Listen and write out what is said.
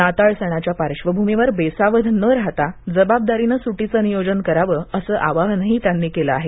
नाताळ सणाच्या पार्बभूमीवर बेसावध न राहता जबाबदारीनं सुटीचं नियोजन करावं असं आवाहनही त्यांनी केलं आहे